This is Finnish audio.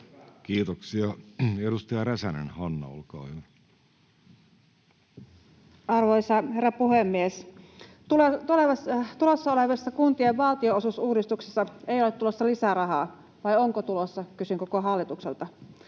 Kiitoksia. — Edustaja Räsänen, Hanna, olkaa hyvä. Arvoisa herra puhemies! Tulossa olevassa kuntien valtionosuusuudistuksessa ei ole tulossa lisää rahaa — vai onko tulossa? Kysyn koko hallitukselta.